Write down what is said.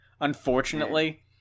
unfortunately